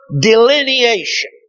delineation